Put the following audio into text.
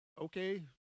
okay